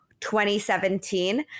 2017